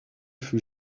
fut